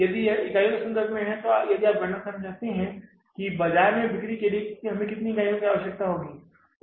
यदि यह इकाइयों के संदर्भ में है यदि आप गणना करना चाहते हैं कि बाजार में बिक्री के लिए हमें कितनी इकाइयों की आवश्यकता है